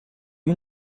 you